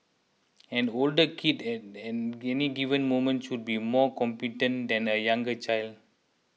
an older kid at any given moment should be more competent than a younger child